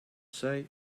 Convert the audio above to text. say